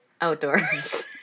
outdoors